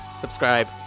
subscribe